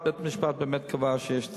בית-משפט, ובית-המשפט באמת קבע שיש צדק.